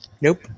Nope